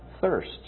thirst